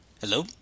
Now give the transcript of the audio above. Hello